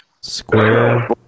Square